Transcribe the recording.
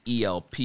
ELP